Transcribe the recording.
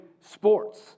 sports